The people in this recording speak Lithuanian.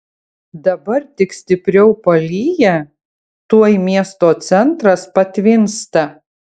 dabar tik stipriau palyja tuoj miesto centras patvinsta